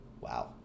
Wow